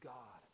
God